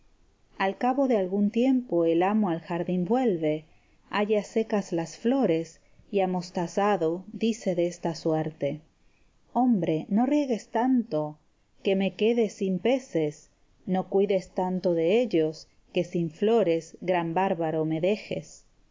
al cabo de algún tiempo el amo al jardín vuelve halla secas las flores y amostazado dice de esta suerte hombre no riegues tanto que me quede sin peces ni cuides tanto de ellos que sin flores gran bárbaro me dejes